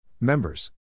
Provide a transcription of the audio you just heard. Members